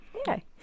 okay